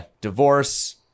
divorce